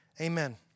amen